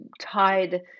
tied